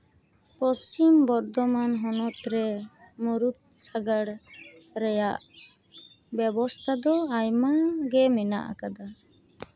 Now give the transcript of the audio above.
ᱯᱚᱥᱪᱤᱢᱵᱚᱨᱫᱷᱚᱢᱟᱱ ᱦᱚᱱᱚᱛ ᱨᱮ ᱢᱩᱲᱩᱫ ᱥᱟᱜᱟᱲ ᱨᱮᱭᱟᱜ ᱵᱮᱵᱚᱥᱛᱷᱟ ᱫᱚ ᱟᱭᱢᱟ ᱜᱮ ᱢᱮᱱᱟᱜ ᱠᱟᱫᱟ